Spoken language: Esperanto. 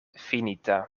finita